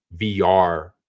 VR